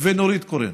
ונורית קורן.